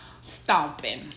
stomping